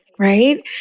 Right